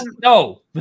no